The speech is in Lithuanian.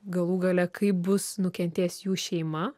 galų gale kaip bus nukentės jų šeima